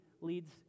leads